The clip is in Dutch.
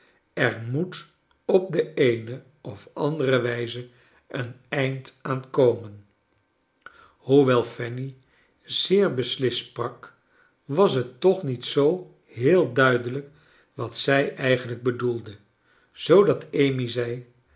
er moet op de eene of andere wijze een eind aan komen hoewel fanny zeer beslist sprak was het toch niet zoo heel duidelijk wat zij eigenlijk bedoelde zoodat amy